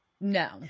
No